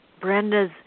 Brenda's